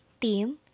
Tim